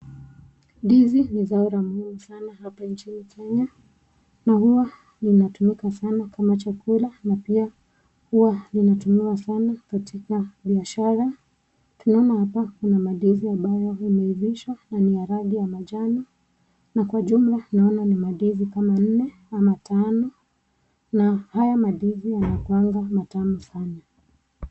Ndizi ni kitu muhimu sana , hapa nchini Kenya , na pia linatumika sana kama chakula na pia huwa inatumiwa sana katika biashara, tunaona hapa kuna mandizi ambayo imeivishwa na ni ya rangi ya manjano, na kwa jumla naona ni mandizi kama nne ama tano, na haya yanakuwanga matamu sana.